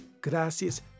Gracias